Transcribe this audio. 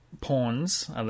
pawns